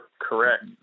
Correct